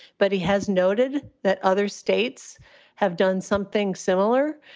but he has noted that other states have done something similar.